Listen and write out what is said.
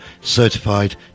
Certified